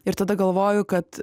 ir tada galvoju kad